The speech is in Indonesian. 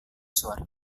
suara